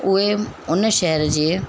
उहे उन शहर जे